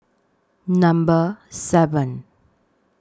Number seven